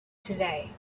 today